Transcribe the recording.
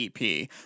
EP